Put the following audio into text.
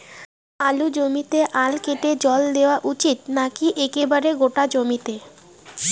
আলুর জমিতে আল কেটে জল দেওয়া উচিৎ নাকি একেবারে গোটা জমিতে?